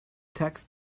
text